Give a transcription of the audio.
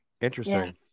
Interesting